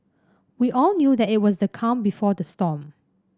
we all knew that it was the calm before the storm